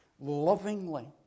lovingly